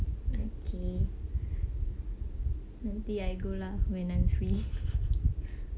okay nanti I go lah when I'm free